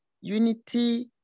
unity